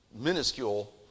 minuscule